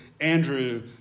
Andrew